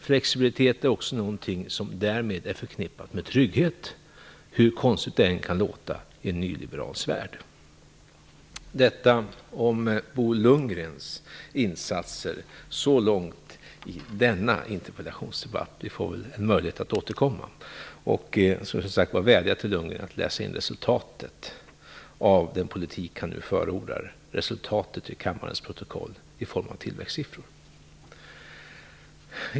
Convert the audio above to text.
Flexibilitet är också någonting som därmed är förknippat med trygghet, hur konstigt det än kan låta i en nyliberals värld. Detta om Bo Lundgrens insatser så långt i denna interpellationsdebatt. Vi får väl en möjlighet att återkomma. Jag vädjar till Lundgren att till kammarens protokoll läsa in resultatet, i form av tillväxtsiffror, av den politik han nu förordar.